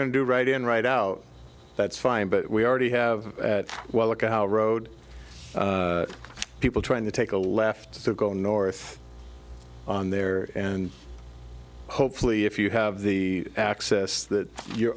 going to do right in right out that's fine but we already have well look at how road people trying to take a left to go north there and hopefully if you have the access that you're